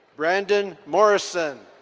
brandon morrison.